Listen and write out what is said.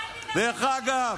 תתבייש לך.